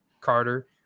Carter